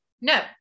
No